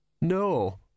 No